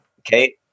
Okay